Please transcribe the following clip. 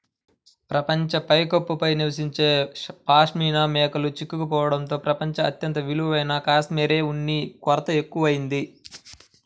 ప్రపంచ పైకప్పు పై నివసించే పాష్మినా మేకలు చిక్కుకోవడంతో ప్రపంచం అత్యంత విలువైన కష్మెరె ఉన్ని కొరత ఎక్కువయింది